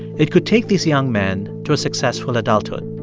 it could take these young men to a successful adulthood,